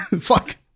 fuck